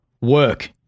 work